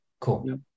cool